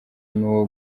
n’uwo